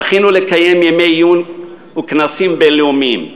זכינו לקיים ימי עיון וכנסים בין-לאומיים,